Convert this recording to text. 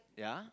ya